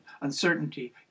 uncertainty